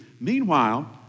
Meanwhile